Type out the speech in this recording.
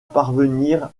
parvenir